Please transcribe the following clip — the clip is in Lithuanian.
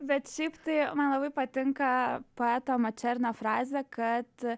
bet šiaip tai man labai patinka poeto mačernio frazė kad